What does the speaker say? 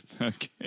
Okay